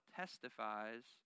testifies